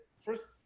First